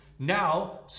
Now